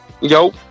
Yo